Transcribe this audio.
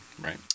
right